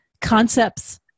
concepts